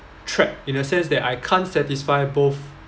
trapped in a sense that I can't satisfy both